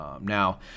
Now